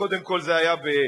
קודם לכן זה היה בירושלים,